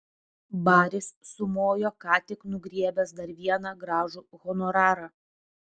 baris sumojo ką tik nugriebęs dar vieną gražų honorarą